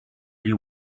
you